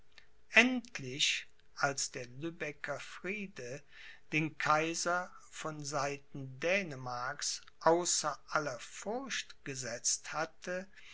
endlich als der lübecker friede den kaiser von seiten dänemarks außer aller furcht gesetzt hatte